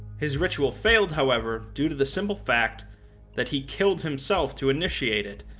his ritual failed however, due to the simple fact that he killed himself to initiate it,